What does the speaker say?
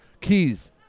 Keys